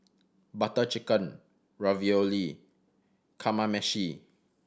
Butter Chicken Ravioli Kamameshi